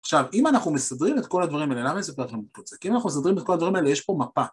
עכשיו, אם אנחנו מסדרים את כל הדברים האלה, למה אני מספר לכם את כל זה? כי אם אנחנו מסדרים את כל הדברים האלה, יש פה מפה.